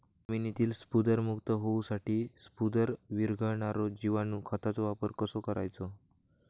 जमिनीतील स्फुदरमुक्त होऊसाठीक स्फुदर वीरघळनारो जिवाणू खताचो वापर कसो करायचो?